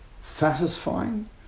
satisfying